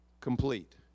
complete